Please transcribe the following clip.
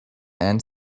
and